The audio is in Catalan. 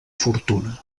fortuna